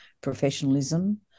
professionalism